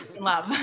love